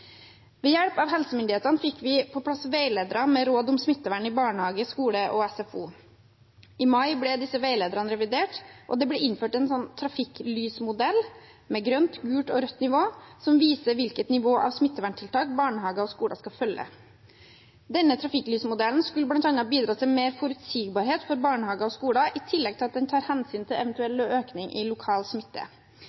Ved hjelp av helsemyndighetene fikk vi på plass veiledere med råd om smittevern i barnehage, skole og SFO. I mai ble disse veilederne revidert, og det ble innført en trafikklysmodell med grønt, gult og rødt nivå som viser hvilket nivå av smitteverntiltak barnehager og skoler skal følge. Denne trafikklysmodellen skulle bl.a. bidra til mer forutsigbarhet for barnehager og skoler, i tillegg til at den tar hensyn til